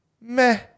meh